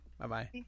Bye-bye